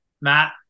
matt